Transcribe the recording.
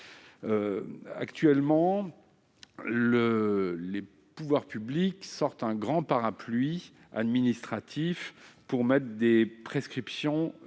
Actuellement, les pouvoirs publics sortent un grand parapluie administratif pour imposer leurs prescriptions